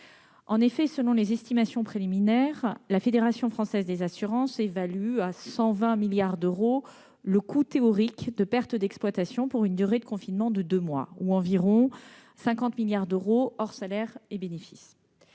En effet, selon des estimations préliminaires, la Fédération française de l'assurance évalue à 120 milliards d'euros le coût théorique des pertes d'exploitation pour une durée de confinement de deux mois, ou environ 50 milliards d'euros hors salaires et bénéfices.